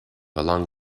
along